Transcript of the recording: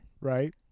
Right